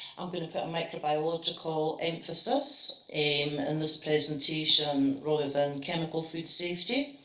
i'm going to put a microbiological emphasis in and this presentation, rather than chemical food safety,